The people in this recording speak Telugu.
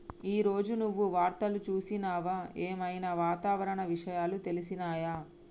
ఈ రోజు నువ్వు వార్తలు చూసినవా? ఏం ఐనా వాతావరణ విషయాలు తెలిసినయా?